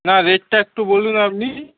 না রেটটা একটু বলুন আপনি